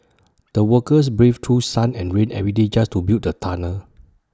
the workers braved through sun and rain every day just to build the tunnel